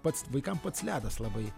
pats vaikam pats ledas labai